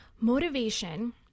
motivation